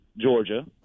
Georgia